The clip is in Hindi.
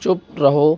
चुप रहो